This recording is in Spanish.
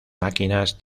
máquinas